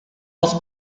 els